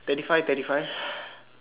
twenty five twenty five